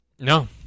No